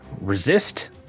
resist